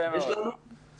יש 18 שאלונים שקיבלנו חזרה,